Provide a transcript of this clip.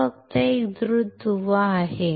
हा फक्त एक द्रुत दुवा आहे